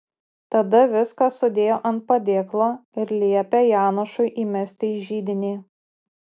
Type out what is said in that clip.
tada viską sudėjo ant padėklo ir liepė janošui įmesti į židinį